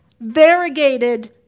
variegated